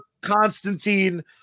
Constantine